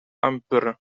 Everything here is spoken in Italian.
anpr